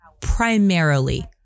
primarily